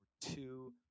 two